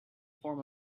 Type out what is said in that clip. form